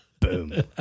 boom